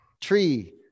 tree